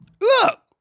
Look